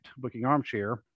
bookingarmchair